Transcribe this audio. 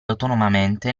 autonomamente